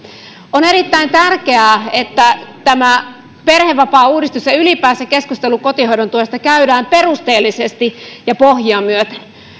on erittäin tärkeää että tämä perhevapaauudistus ja ylipäänsä keskustelu kotihoidon tuesta käydään perusteellisesti ja pohjia myöten